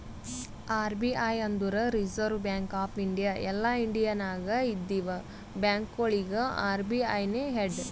RBI ಅಂದುರ್ reserve bank of India ಎಲ್ಲಾ India ನಾಗ್ ಇದ್ದಿವ ಬ್ಯಾಂಕ್ಗೊಳಿಗ ಅರ್.ಬಿ.ಐ ನೇ ಹೆಡ್